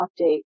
update